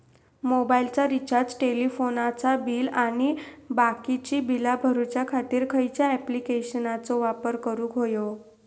मोबाईलाचा रिचार्ज टेलिफोनाचा बिल आणि बाकीची बिला भरूच्या खातीर खयच्या ॲप्लिकेशनाचो वापर करूक होयो?